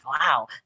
wow